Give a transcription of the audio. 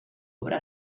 obra